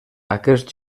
aquests